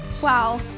Wow